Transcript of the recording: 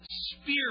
spirit